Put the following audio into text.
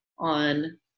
on